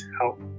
help